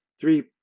three